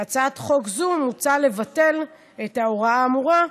בהצעת חוק זו מוצע לבטל את ההוראה האמורה,